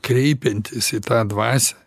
kreipiantis į tą dvasią